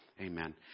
Amen